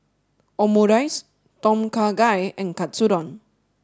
Omurice Tom Kha Gai and Katsudon